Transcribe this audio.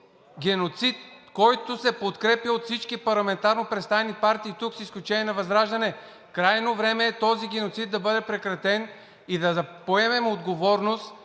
който се подкрепя от всички парламентарно представени партии тук, с изключение на ВЪЗРАЖДАНЕ! Крайно време е този геноцид да бъде прекратен и да поемем отговорност